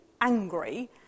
angry